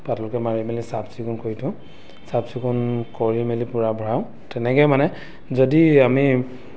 পাতলকৈ মাৰি মেলি চাফচিকুণ কৰি থওঁ চাফচিকুণ কৰি মেলি পূৰা ভৰাওঁ তেনেকৈ মানে যদি আমি